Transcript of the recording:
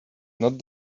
not